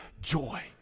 joy